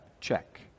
Check